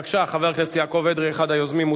בבקשה, חבר הכנסת יעקב אדרי, אחד היוזמים.